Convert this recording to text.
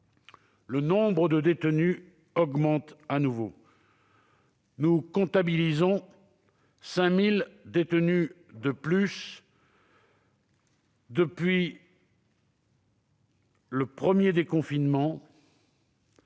le nombre de détenus augmente à nouveau. Nous comptabilisons 5 000 détenus de plus depuis le premier déconfinement,